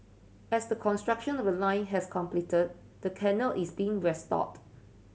as the construction of the line has completed the canal is being restored